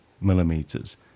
millimeters